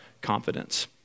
confidence